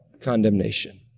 Condemnation